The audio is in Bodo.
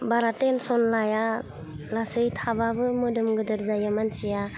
बारा टेनसन लाया लासे थाबाबो मोदोम गेदेर जायो मानसिया